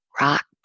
Rock